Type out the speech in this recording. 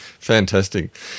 Fantastic